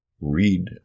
read